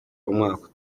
umwaka